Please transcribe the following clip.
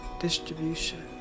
distribution